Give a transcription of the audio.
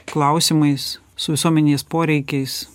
klausimais su visuomenės poreikiais